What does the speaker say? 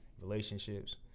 relationships